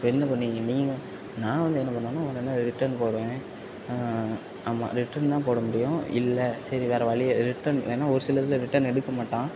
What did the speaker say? என்ன பண்ணுவீங்க நீங்கள் நான் வந்து என்ன பண்ணுவேன்னா உடனே ரிட்டன் போடுவேன் ஆமாம் ரிட்டன் தான் போட முடியும் இல்லை சரி வேறு வழியே ரிட்டன் வேணா ஒரு சில இதில் ரிட்டன் எடுக்க மாட்டான்